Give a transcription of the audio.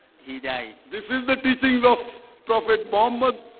he died, this is the teachings of prophet muhammad